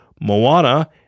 Moana